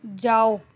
جاؤ